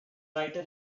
writer